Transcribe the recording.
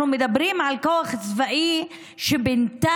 אנחנו מדברים על כוח צבאי שבינתיים